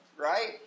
right